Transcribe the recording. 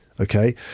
Okay